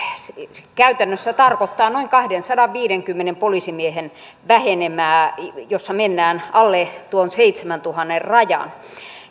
se käytännössä tarkoittaa noin kahdensadanviidenkymmenen poliisimiehen vähenemää jossa mennään alle tuon seitsemäntuhannen rajan